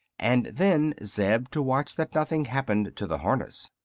and then zeb to watch that nothing happened to the harness.